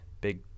Big